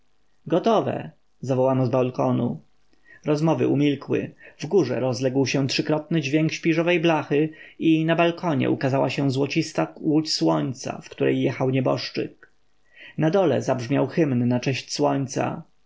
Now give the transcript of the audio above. gotowe zawołano z balkonu rozmowy umilkły wgórze rozległ się trzykrotny dźwięk śpiżowej blachy i na balkonie ukazała się złocista łódź słońca w której jechał nieboszczyk na dole zabrzmiał hymn na cześć słońca